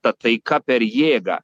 ta taika per jėgą